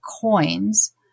coins